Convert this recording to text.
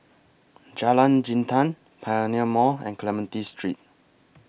Jalan Jintan Pioneer Mall and Clementi Street